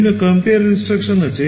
বিভিন্ন compare instructionআছে